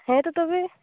ᱦᱮᱛᱳ ᱛᱚᱵᱮ